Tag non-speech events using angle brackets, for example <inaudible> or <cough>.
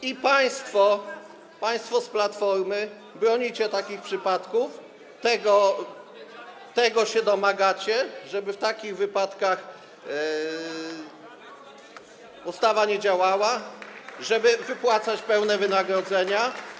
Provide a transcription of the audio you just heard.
I państwo z Platformy bronicie takich przypadków, tego się domagacie, żeby w takich wypadkach ustawa nie działała, <applause> żeby wypłacać pełne wynagrodzenia.